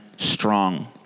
Strong